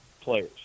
players